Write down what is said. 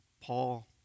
Paul